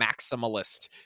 maximalist